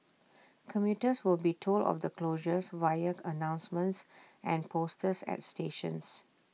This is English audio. commuters will be told of the closures via announcements and posters at stations